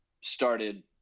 started